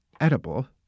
edible